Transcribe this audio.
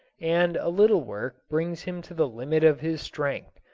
and a little work brings him to the limit of his strength,